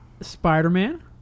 Spider-Man